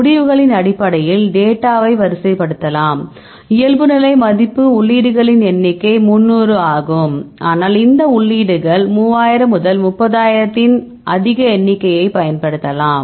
முடிவுகளின் அடிப்படையில் டேட்டாவை வரிசைப்படுத்தலாம் இயல்புநிலை மதிப்பு உள்ளீடுகளின் எண்ணிக்கை 300 ஆகும் ஆனால் இந்த உள்ளீடுகள் 3000 30000 இன் அதிக எண்ணிக்கையை பயன்படுத்தலாம்